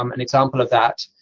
um an example of that.